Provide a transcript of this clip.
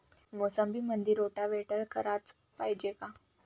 मोसंबीमंदी रोटावेटर कराच पायजे का?